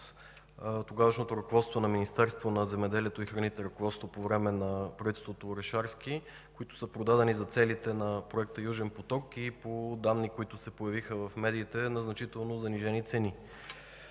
тогавашното ръководство на Министерството на земеделието и храните по време на правителството Орешарски, които са продадени за целите на проекта „Южен поток” и по данни, които се появиха в медиите, на значително занижени цени.